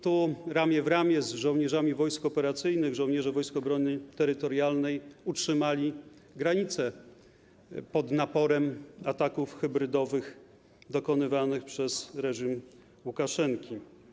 Tu ramię w ramię z żołnierzami wojsk operacyjnych żołnierze Wojsk Obrony Terytorialnej utrzymali granicę pod naporem ataków hybrydowych dokonywanych przez reżim Łukaszenki.